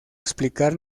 explicar